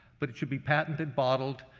but it should be patented, bottled,